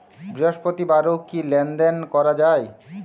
বৃহস্পতিবারেও কি লেনদেন করা যায়?